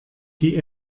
die